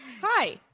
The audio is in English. Hi